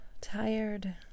tired